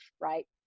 right